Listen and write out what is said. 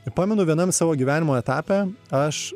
pamenu vienam savo gyvenimo etape aš